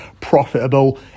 profitable